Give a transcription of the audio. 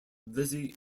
lizzie